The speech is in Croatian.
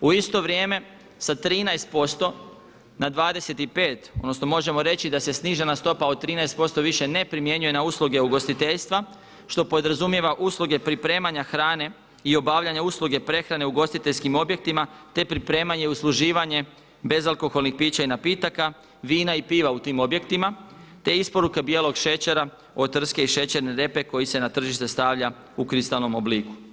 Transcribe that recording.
U isto vrijeme sa 13% na 25% odnosno možemo reći da se snižena stopa od 13% više ne primjenjuje na usluge u ugostiteljstva što podrazumijeva usluge pripremanja hrane i obavljanja usluge prehrane ugostiteljskim objektima te pripremanje i usluživanje bezalkoholnih pića i napitaka, vina i piva u tim objektima te isporuke bijelog šećera od trske i šećerne repe koji se na tržište stavlja u kristalnom obliku.